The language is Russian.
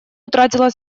утратила